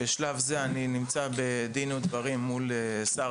בשלב זה אני נמצא בדין ודברים מול שר